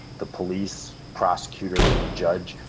the police, prosecutor, judge,